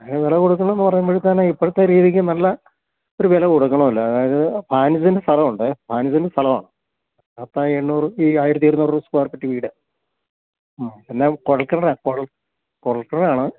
അതിന് വില കൊടുക്കണം എന്ന് പറയുമ്പോഴത്തേന് ഇപ്പോഴത്തെ രീതിക്ക് നല്ല ഒരു വില കൊടുക്കണമല്ലൊ അതായത് പതിനഞ്ച് സെൻറ്റ് സ്ഥലം ഉണ്ട് പതിനഞ്ച് സെൻറ്റും സ്ഥലമാണ് അപ്പം ഈ എണ്ണൂറ് ഈ ആയിരത്തി ഇരുന്നൂറ് സ്ക്വയർ ഫീറ്റ് വീട് മ്മ് പിന്നെ കുഴൽ കിണർ കുഴൽ കിണറാണ്